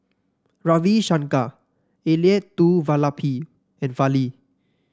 Ravi Shankar Elattuvalapil and Fali